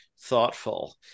thoughtful